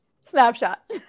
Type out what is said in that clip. Snapshot